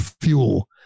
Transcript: fuel